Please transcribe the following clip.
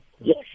Yes